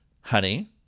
Honey